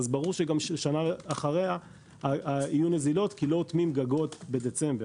אז ברור שגם שנה אחריה יהיו נזילות כי לא אוטמים גגות בדצמבר.